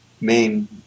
main